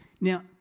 Now